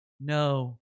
No